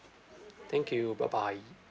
thank you bye bye